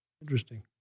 Interesting